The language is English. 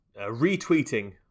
retweeting